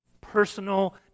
personal